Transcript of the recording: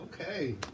Okay